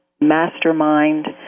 Mastermind